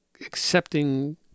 accepting